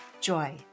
joy